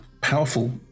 powerful